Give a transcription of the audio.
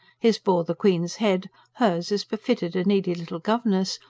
his bore the queen's head hers, as befitted a needy little governess,